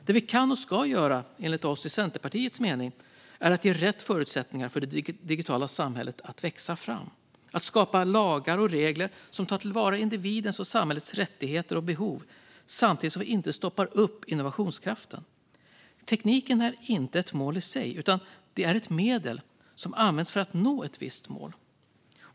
Det vi enligt Centerpartiets mening kan och ska göra är att ge rätt förutsättningar för det digitala samhället att växa fram genom att skapa lagar och regler som tar till vara individens och samhällets rättigheter och behov samtidigt som vi inte stoppar upp innovationskraften. Tekniken är inte ett mål i sig utan ett medel som används för att nå ett visst mål.